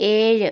ഏഴ്